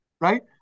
right